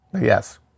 yes